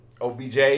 OBJ